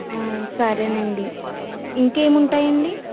సరే అండి ఇంకా ఏమి ఉంటాయండి